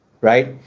right